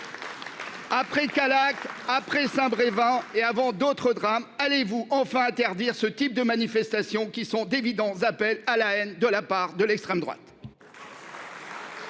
Après de Callac après Saint-Brévin et avant d'autres drames. Allez-vous enfin interdire ce type de manifestation qui sont d'évidence d'appel à la haine de la part de l'extrême droite.